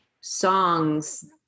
songs